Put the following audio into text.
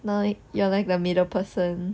you're you're like the middle person